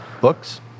Books